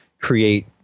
create